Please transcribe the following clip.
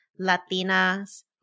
Latinas